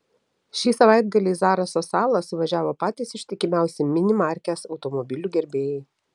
šį savaitgalį į zaraso salą suvažiavo patys ištikimiausi mini markės automobilių gerbėjai